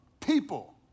people